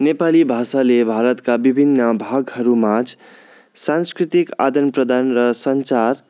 नेपाली भाषाले भारतका विभिन्न भागहरूमाझ सांस्कृतिक आदन प्रदान र सञ्चार